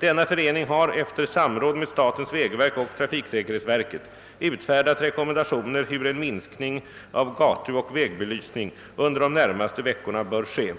Denna förening har efter samråd med statens vägverk och trafiksäkerhetsverket utfärdat rekommendationer hur en minskning av gatuoch vägbelysning under de närmaste veckorna bör ske.